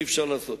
אי-אפשר לעשות.